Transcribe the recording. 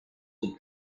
with